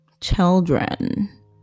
children